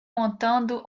montando